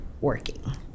working